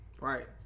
Right